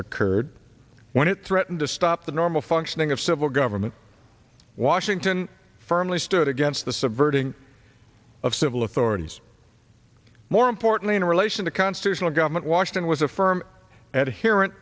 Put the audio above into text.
occurred when it threatened to stop the normal functioning of civil government washington firmly stood against the subverting of civil authorities more importantly in relation to constitutional government washington was a firm